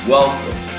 Welcome